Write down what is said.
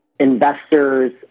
investors